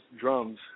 drums